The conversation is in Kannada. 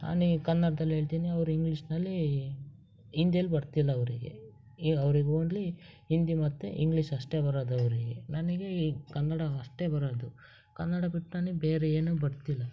ನಾನು ಕನ್ನಡ್ದಲ್ಲಿ ಹೇಳ್ತೀನಿ ಅವ್ರು ಇಂಗ್ಲಿಷ್ನಲ್ಲಿ ಹಿಂದಿಯಲ್ ಬರ್ತಿಲ್ಲ ಅವರಿಗೆ ಈಗ ಅವ್ರಿಗೆ ಓನ್ಲಿ ಹಿಂದಿ ಮತ್ತು ಇಂಗ್ಲೀಷ್ ಅಷ್ಟೇ ಬರೋದು ಅವರಿಗೆ ನನಗೆ ಕನ್ನಡ ಅಷ್ಟೇ ಬರೋದು ಕನ್ನಡ ಬಿಟ್ಟು ನನಗ್ ಬೇರೆ ಏನೂ ಬರ್ತಿಲ್ಲ